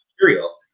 material